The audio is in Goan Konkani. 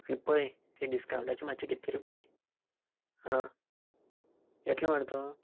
आनी पळय तें डिस्कावंटाचें मात्शे कितें तरी पळय आं येतलो मरे तो